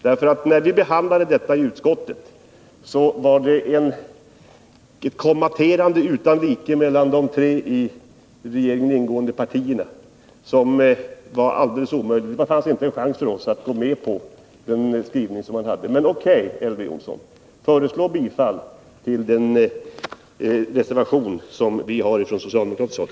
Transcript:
När vi behandlade detta i utskottet var det ett kommenterande utan like bland de tre i regeringen ingående partierna. Det fanns inte en chans för oss att gå med på den skrivning man föreslog. Men O. K., Elver Jonsson, föreslå bifall för den reservation som vi har avgivit från socialdemokratiskt håll!